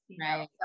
right